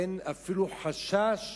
אין אפילו חשש